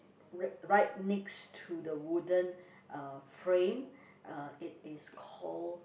right right next to the wooden uh frame uh it is called